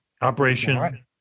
Operation